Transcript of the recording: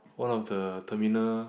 one of the terminal